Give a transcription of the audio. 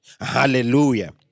Hallelujah